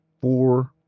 four